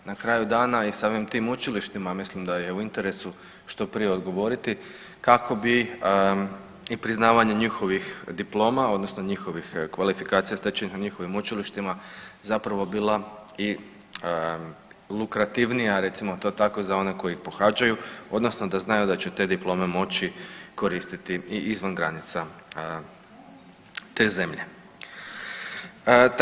Na kraju dana i samim tim učilištima mislim da je u interesu što prije odgovoriti kako bi i priznavanje njihovih diploma odnosno njihovih kvalifikacija stečenih na njihovim učilištima zapravo bila i lukrativnija recimo to tako za one koji pohađaju odnosno da znaju da će te diplome moći koristiti i izvan granica te zemlje.